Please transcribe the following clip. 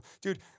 dude